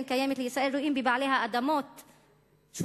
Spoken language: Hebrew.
קיימת לישראל רואים בבעלי האדמות שודדים.